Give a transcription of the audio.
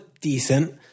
decent